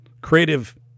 creative